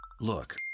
Look